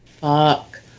Fuck